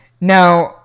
Now